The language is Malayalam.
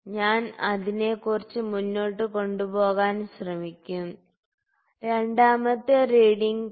ഞാൻ അതിനെ കുറച്ച് മുന്നോട്ട് കൊണ്ടുപോകാൻ ശ്രമിക്കും രണ്ടാമത്തെ റീഡിങ് 2